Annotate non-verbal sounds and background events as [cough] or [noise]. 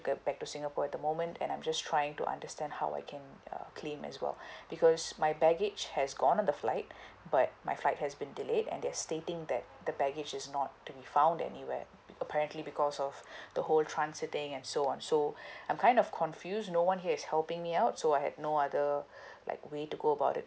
get back to singapore at the moment and I'm just trying to understand how I can uh claim as well [breath] because my baggage has gone on the flight [breath] but my flight has been delayed and they're stating that the baggage is not to be found anywhere apparently because of [breath] the whole transiting and so on so [breath] I'm kind of confused no one here is helping me out so I had no other [breath] like way to go about it